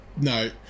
No